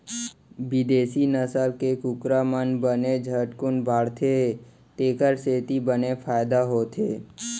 बिदेसी नसल के कुकरा मन बने झटकुन बाढ़थें तेकर सेती बने फायदा होथे